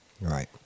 Right